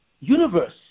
universe